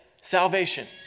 salvation